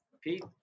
Pete